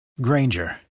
Granger